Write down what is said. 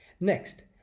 Next